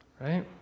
right